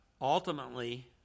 ultimately